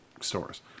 stores